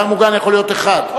דייר מוגן יכול להיות אחד.